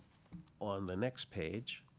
on the next page,